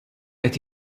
qed